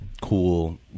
cool